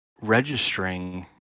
registering